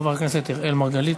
חבר הכנסת אראל מרגלית.